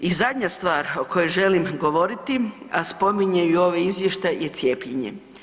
I zadnja stvar o kojoj želim govoriti, a spominje ju ovaj Izvještaj je cijepljenje.